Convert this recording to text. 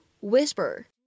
whisper